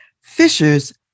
fishers